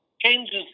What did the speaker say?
changes